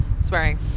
Swearing